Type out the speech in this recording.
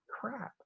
crap